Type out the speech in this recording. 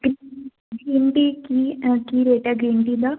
green green tea ਕੀ ਕੀ rate ਹੈ ਗਰੀਨ ਟੀ ਦਾ